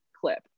clip